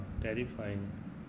terrifying